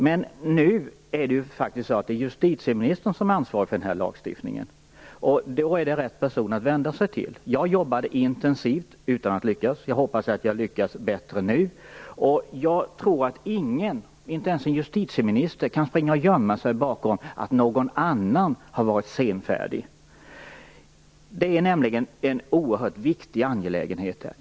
Men nu ansvarar ju justitieministern för den här lagstiftningen. Därför är hon rätta personen att vända sig till. Jag jobbade intensivt utan att lyckas, men hoppas att jag lyckas bättre nu. Jag tror att ingen, inte ens en justitieminister, kan gömma sig bakom detta med att någon annan varit senfärdig. Detta är en oerhört viktig angelägenhet.